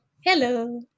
Hello